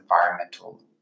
environmental